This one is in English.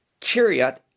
Kiryat